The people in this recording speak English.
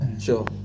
Sure